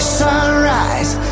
sunrise